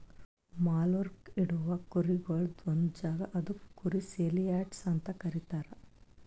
ಮಾರ್ಲುಕ್ ಇಡವು ಕುರಿಗೊಳ್ದು ಒಂದ್ ಜಾಗ ಅದುಕ್ ಕುರಿ ಸೇಲಿಯಾರ್ಡ್ಸ್ ಅಂತ ಕರೀತಾರ